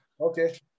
Okay